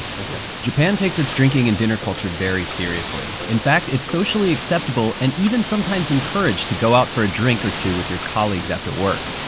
japan takes it's drinking and dinner culture very seriously. in fact, it's socially acceptable, and even sometimes encouraged to go out for a drink or two with your colleagues after work.